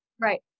right